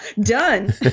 done